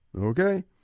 Okay